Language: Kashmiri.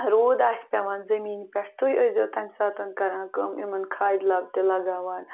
روٗد آسہِ پٮ۪وان زٔمیٖہِ پٮ۪ٹھ تۄہہِ ٲزیو تَمہِ ساتَن کَران کٲم اِمَن کھادِ لَو تہِ لَگاوان